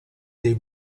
dei